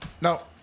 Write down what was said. No